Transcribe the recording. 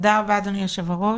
תודה רבה אדוני היו"ר.